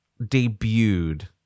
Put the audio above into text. debuted